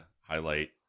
highlight